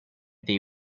they